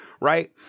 right